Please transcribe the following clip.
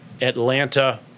Atlanta